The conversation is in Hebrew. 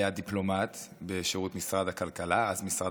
הוא היה דיפלומט בשירות משרד הכלכלה אז,